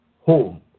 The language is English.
home